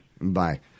Bye